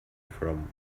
from